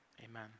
amen